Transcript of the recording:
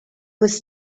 was